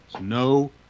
No